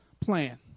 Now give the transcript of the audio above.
plan